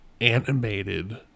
animated